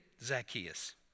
Zacchaeus